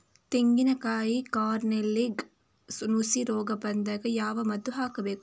ತೆಂಗಿನ ಕಾಯಿ ಕಾರ್ನೆಲ್ಗೆ ನುಸಿ ರೋಗ ಬಂದಾಗ ಯಾವ ಮದ್ದು ಹಾಕಬೇಕು?